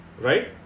right